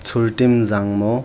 छुलटीञ्जाङ्मो